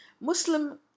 Muslim